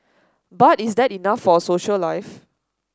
but is that enough for a social life